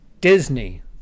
Disney